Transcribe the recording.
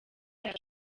hari